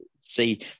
see